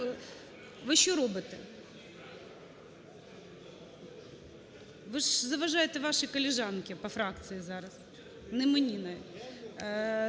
ви що робите? Ви ж заважаєте вашій колежанці по фракції зараз, не мені